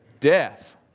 death